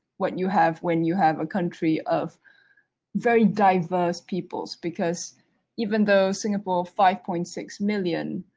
what you have when you have a country of very diverse peoples because even though singapore, five point six million,